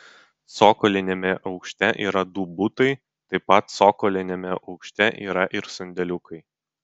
cokoliniame aukšte yra du butai taip pat cokoliniame aukšte yra ir sandėliukai